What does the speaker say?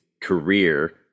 career